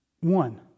One